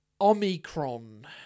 Omicron